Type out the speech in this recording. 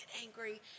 angry